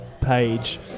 page